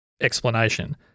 explanation